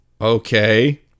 okay